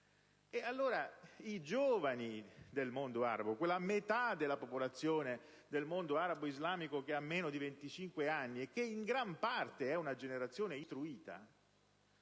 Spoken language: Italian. E allora i giovani - quella metà della popolazione del mondo arabo-islamico che ha meno di 25 anni e che in gran parte è una generazione istruita